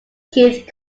keith